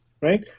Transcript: right